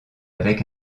avec